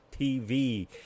tv